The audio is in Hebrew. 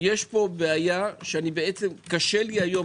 יש פה בעיה שקשה לי היום,